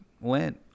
went